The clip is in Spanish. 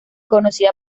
conocida